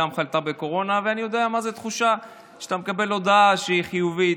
אתם צריכים להביא אנשים חולים בקורונה רק כדי שיהיה פה רוב.